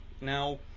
Now